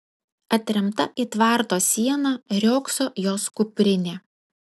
atremta į tvarto sieną riogso jos kuprinė